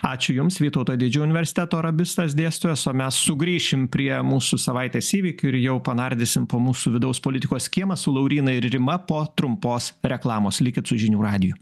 ačiū jums vytauto didžiojo universiteto arabistas dėstytojas o mes sugrįšim prie mūsų savaitės įvykių ir jau panardysim po mūsų vidaus politikos kiemą su lauryna ir rima po trumpos reklamos likit su žinių radiju